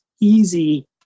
easy